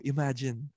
Imagine